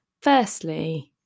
firstly